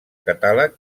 catàleg